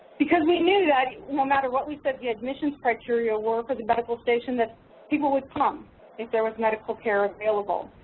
because we knew that, no matter what we said the admissions criteria were for the medical station, that people would come if there was medical care available.